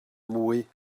mwy